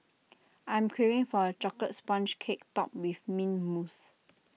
I am craving for A Chocolate Sponge Cake Topped with Mint Mousse